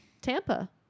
Tampa